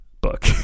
book